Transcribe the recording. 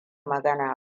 magana